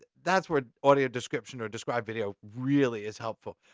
that's where audio description, or described video really is helpful.